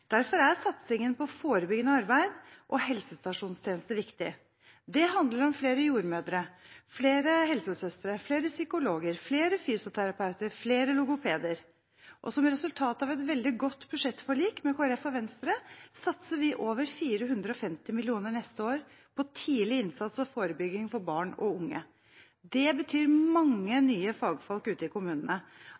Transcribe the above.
Derfor er satsingen på forebyggende arbeid og helsestasjonstjeneste viktig. Det handler om flere jordmødre, flere helsesøstre, flere psykologer, flere fysioterapeuter og flere logopeder. Som resultat av et veldig godt budsjettforlik med Kristelig Folkeparti og Venstre satser vi over 450 mill. kr neste år på tidlig innsats og forebygging for barn og unge. Det betyr mange nye fagfolk ute i kommunene.